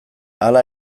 hala